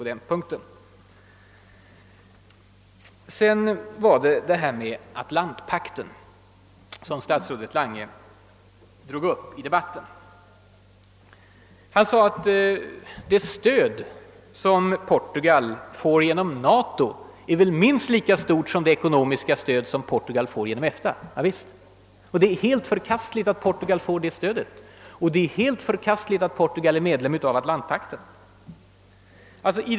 Statsrådet Lange tog vidare upp frågan om Atlantpakten. Han sade att det stöd som Portugal får genom NATO väl är minst lika stort som det ekonomiska stöd Portugal får genom EFTA. Ja, det är riktigt. Det är också helt förkastligt att Portugal får detta stöd liksom också att Portugal är medlem av Atlantpakten.